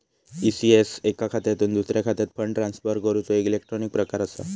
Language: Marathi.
ई.सी.एस एका खात्यातुन दुसऱ्या खात्यात फंड ट्रांसफर करूचो एक इलेक्ट्रॉनिक प्रकार असा